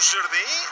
Jardim